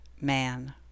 man